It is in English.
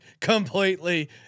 completely